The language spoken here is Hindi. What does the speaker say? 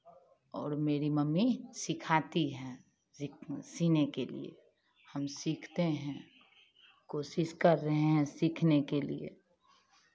और मेरी मम्मी सिखाती है सिलने के लिए हम सीखते हैं कोशिश कर रहे हैं सीखने के लिए